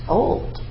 old